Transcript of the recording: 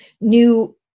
new